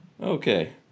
Okay